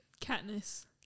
Katniss